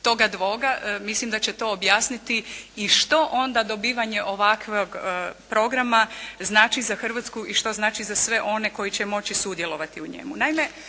toga dvoga, mislim da će to objasniti, i što onda dobivanje ovakvog programa znači za Hrvatsku i što znači za sve one koji će moći sudjelovati u njemu?